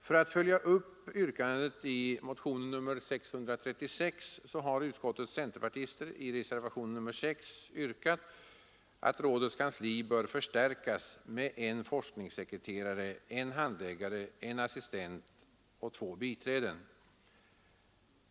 För att följa upp yrkandet i motionen 636 har utskottets centerpartister i reservationen 6 yrkat att rådets kansli bör förstärkas med en forskningssekreterare, en handläggare, en assistent och två biträden.